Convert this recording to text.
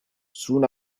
soon